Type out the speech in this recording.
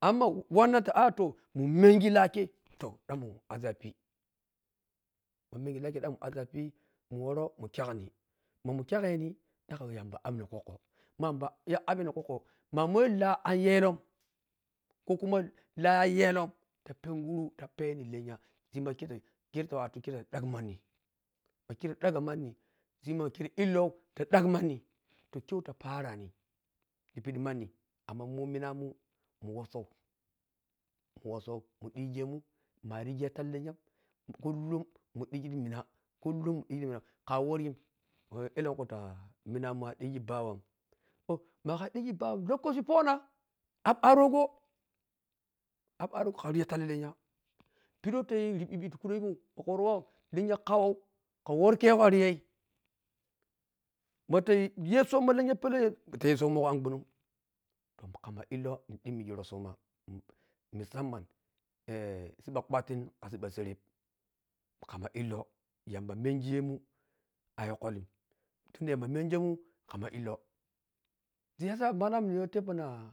Amma makhu wanna ta ato munmenge lakhe yo dhammu aziyap, mamenge lahkhe dhakrine ma men kyakkyanhi jhakha wah yamba dhan abuhi kwokwo ma muwalah an yekon ko uma lah yelon ta penguru ta peni lennya kuma khero ta penguro ti dagi mannhi makhere degi manni sima ma khere illoh ti dagi parani ti pidhi manni amma mun munamun munwoso munwosomundhighemun marigi tala lennyam kulum mudhigi ki mina kulum mudhigi ta mina khawurgi e lenkhu taa menamun a dhig bawan oh mkha dhigi bawam lokoci tona abaro go ab arogo khanri talla lennya pidhe wah tayhi ribibi ti wimu magha waw lennya khau khan wori kyagho wkhan riyai mba yhesomo lennya anpelau ta yhe kyegho an awnum khmama illoh nhidhimmigi yharisima musamman siɓɓa kwatin kha sibba serehmukhanma illoh yamba menghemun a yhokholin tundha yamba soysa nehyo fonong nhaa